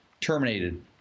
terminated